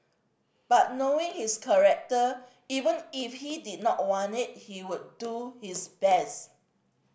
but knowing his character even if he did not want it he would do his best